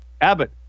Abbott